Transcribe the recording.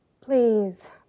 please